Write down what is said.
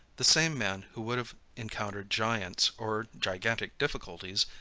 the same man who would have encountered giants, or gigantic difficulties,